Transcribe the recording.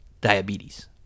diabetes